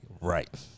Right